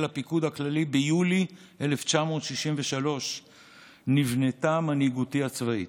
הפיקוד הכללי ביולי 1963 נבנתה מנהיגותי הצבאית.